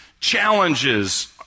challenges